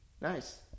Nice